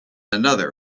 another